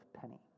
Penny